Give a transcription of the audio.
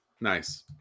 Nice